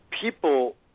people